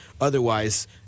Otherwise